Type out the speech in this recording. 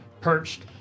perched